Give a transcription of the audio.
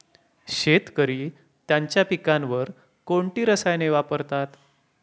शेतकरी त्यांच्या पिकांवर कोणती रसायने वापरतात?